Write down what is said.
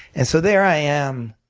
and so there i am,